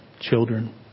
children